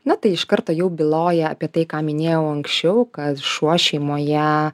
na tai iš karto jau byloja apie tai ką minėjau anksčiau kad šuo šeimoje